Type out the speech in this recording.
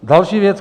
Další věc.